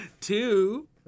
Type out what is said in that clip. Two